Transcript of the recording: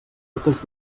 totes